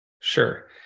Sure